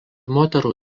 moterų